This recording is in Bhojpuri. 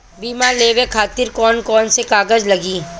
बीमा लेवे खातिर कौन कौन से कागज लगी?